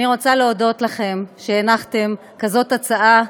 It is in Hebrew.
אני רוצה להודות לכם על שהנחתם כזאת הצעה,